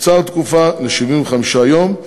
תקוצר התקופה ל-75 יום,